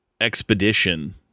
expedition